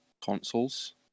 consoles